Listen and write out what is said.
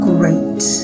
Great